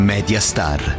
Mediastar